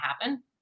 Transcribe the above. happen